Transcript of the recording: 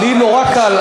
לי נורא קל,